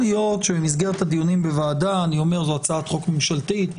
שבמסגרת הדיונים בוועדה זו הצעת חוק ממשלתית,